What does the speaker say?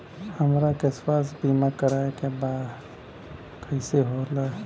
हमरा के स्वास्थ्य बीमा कराए के बा उ कईसे होला?